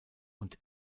und